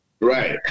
Right